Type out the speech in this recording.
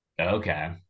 Okay